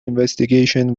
investigation